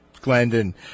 glendon